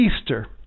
Easter